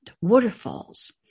waterfalls